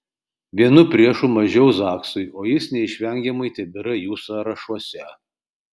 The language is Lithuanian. vienu priešu mažiau zaksui o jis neišvengiamai tebėra jų sąrašuose